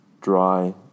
dry